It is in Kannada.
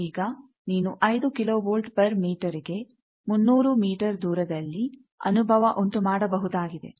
ಈಗ ನೀನು 5 ಕಿಲೋ ವೋಲ್ಟ್ ಪರ್ ಮೀಟರ್ಗೆ 300 ಮೀಟರ್ ದೂರದಲ್ಲಿ ಅನುಭವ ಉಂಟು ಮಾಡಬಹುದಾಗಿದೆ